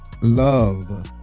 love